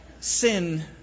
sin